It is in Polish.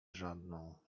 żadną